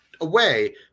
away